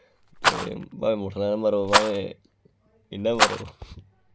ते भावें मोटरसैकले नै मरो भावें इय्यां मरो